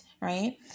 right